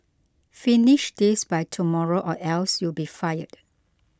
finish this by tomorrow or else you'll be fired